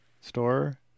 store